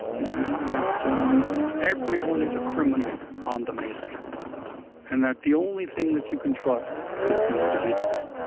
yeah that um everyone is a criminal on the make and that the only thing that you can trust is the individual.